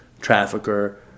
trafficker